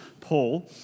Paul